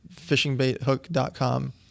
fishingbaithook.com